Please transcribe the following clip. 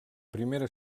primera